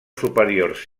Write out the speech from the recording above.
superiors